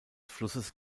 flusses